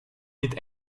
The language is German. mit